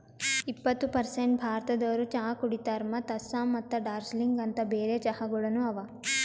ಎಪ್ಪತ್ತು ಪರ್ಸೇಂಟ್ ಭಾರತದೋರು ಚಹಾ ಕುಡಿತಾರ್ ಮತ್ತ ಆಸ್ಸಾಂ ಮತ್ತ ದಾರ್ಜಿಲಿಂಗ ಅಂತ್ ಬೇರೆ ಚಹಾಗೊಳನು ಅವಾ